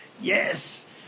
Yes